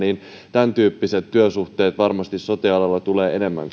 tämäntyyppiset työsuhteet tulevat varmasti sote alalla enemmän